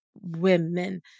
women